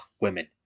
women